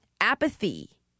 apathy